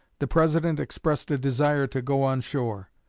the president expressed a desire to go on shore.